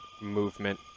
movement